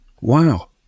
Wow